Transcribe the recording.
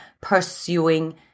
pursuing